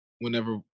whenever